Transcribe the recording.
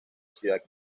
ciudad